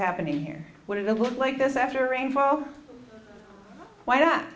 happening here what it looked like this after rainfall why not